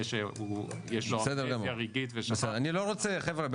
זה שיש לו אמנזיה רגעית --- אני לא רוצה חבר'ה,